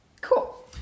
Cool